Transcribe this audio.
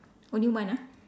only one ah